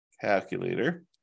Calculator